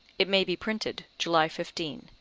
it may be printed, july fifteen.